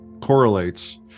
correlates